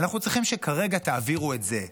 אנחנו צריכים שכרגע תעבירו את זה.